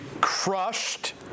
crushed